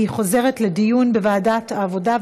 לוועדת העבודה,